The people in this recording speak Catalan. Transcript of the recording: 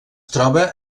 troba